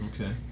okay